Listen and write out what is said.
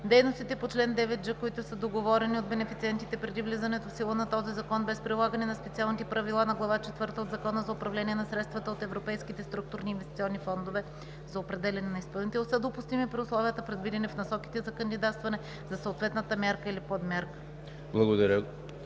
Дейностите по чл. 9ж, които са договорени от бенефициентите преди влизането в сила на този закон без прилагане на специалните правила на глава четвърта от Закона за управление на средствата от Европейските структурни и инвестиционни фондове за определяне на изпълнител, са допустими при условията, предвидени в насоките за кандидатстване за съответната мярка или подмярка.“